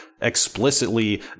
explicitly